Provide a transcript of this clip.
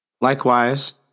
Likewise